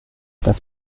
das